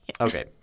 Okay